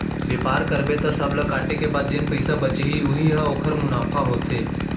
बेपार करबे त सब ल काटे के बाद जेन पइसा बचही उही ह ओखर मुनाफा होथे